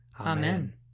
Amen